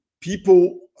people